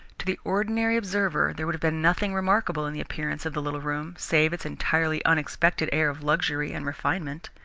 to the ordinary observer there would have been nothing remarkable in the appearance of the little room, save its entirely unexpected air of luxury and refinement.